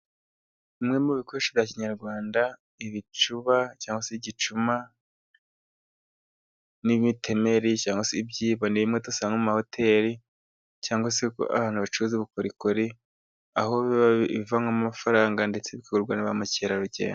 Bimwe mu bikoresho bya kinyarwanda ibicuba cyangwa se igicuma n'imitemeri, usanga mumahoteli cyangwa se ku bantu bacuruza ubukorikori. Aho bivamo amafaranga ndetse bigakondwa naba mukerarugendo.